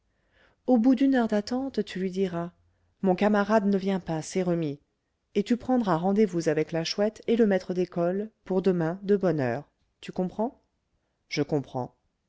au bout d'une heure d'attente tu lui diras mon camarade ne vient pas c'est remis et tu prendras rendez-vous avec la chouette et le maître d'école pour demain de bonne heure tu comprends je comprends